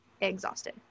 exhausted